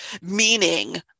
meaning